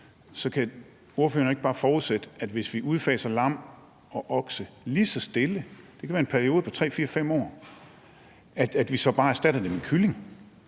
kan ordføreren ikke bare forudsætte, at hvis vi udfaser lammekød og oksekød lige så stille – det kan være over en periode på 3, 4, 5 år – så erstatter vi det bare med kylling